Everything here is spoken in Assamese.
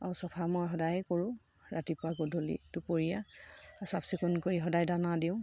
আৰু চফা মই সদায়ে কৰোঁ ৰাতিপুৱা গধূলিটো দুপৰীয়া চাফ চিকুণ কৰি সদায় দানা দিওঁ